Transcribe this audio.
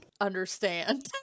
understand